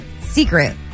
secret